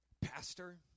pastor